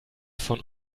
von